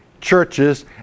churches